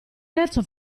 terzo